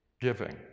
giving